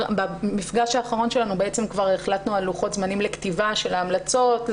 במפגש האחרון שלנו החלטנו על לוחות זמנים לכתיבה של ההמלצות.